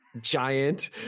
giant